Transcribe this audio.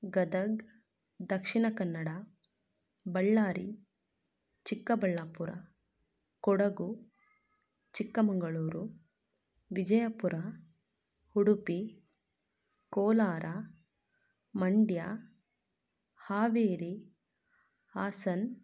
Gadag Dakshina Kannada Ballari Chikkaballapur Kodagu Chikkamagaluru Vijayapura Udupi Kolar Mandya Haveri Hassan